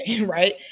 right